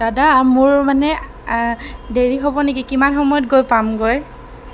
দাদা মোৰ মানে দেৰি হ'ব নেকি কিমান সময়ত গৈ পামগৈ